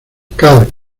karl